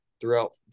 throughout